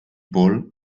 people